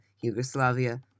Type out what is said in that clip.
Yugoslavia